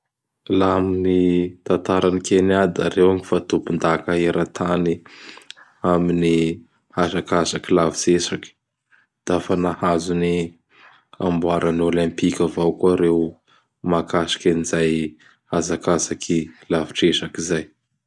Laha amin'ny tantaran'i Kenya da reo gny efa tompon-daka era-tany amin'ny hazakazaky lavitsy ezaky. Dafa nahazo ny amboaran'ny Olympika avao koa reo makasiky an zay hazakazaky lavitr'ezaky zay.